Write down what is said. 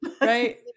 Right